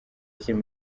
akiri